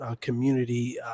community